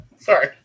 Sorry